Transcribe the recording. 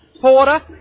Porter